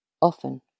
often